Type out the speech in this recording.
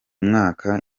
mwaka